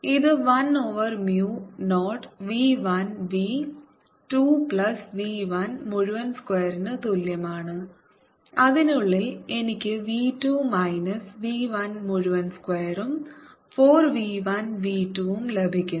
ഇത് 1 over mu 0 v 1 v 2പ്ലസ് v 1 മുഴുവൻ സ്ക്വയറിനും തുല്യമാണ് അതിനുള്ളിൽ എനിക്ക് v 2 മൈനസ് v 1 മുഴുവൻ സ്ക്വയറും 4 v 1 v 2 ഉം ലഭിക്കുന്നു